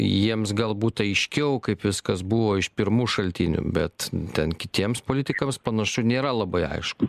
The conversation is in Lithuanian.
jiems galbūt aiškiau kaip viskas buvo iš pirmų šaltinių bet ten kitiems politikams panašu nėra labai aišku